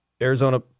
Arizona